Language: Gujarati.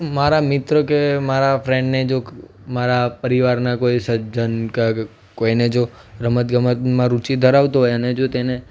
મારા મિત્ર કે મારા ફ્રેન્ડને જો મારા પરિવારના કોઈ સજ્જન કે કોઈને જો રમત ગમતમાં રુચિ ધરાવતો હોય અને જો તેને